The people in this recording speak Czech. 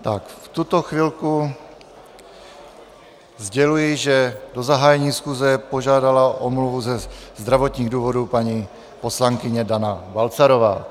V tuto chvilku sděluji, že do zahájení schůze požádala o omluvu ze zdravotních důvodů paní poslankyně Dana Balcarová.